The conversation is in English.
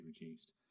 reduced